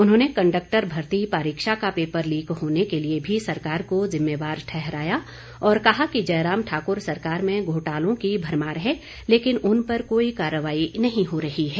उन्होंने कंडक्टर भर्ती परीक्षा का पेपर लीक होने के लिए भी सरकार को जिम्मेवार ठहराया और कहा कि जयराम ठाकुर सरकार में घोटालों की भरमार है लेकिन उन पर कोई कार्रवाई नहीं हो रही है